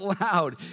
loud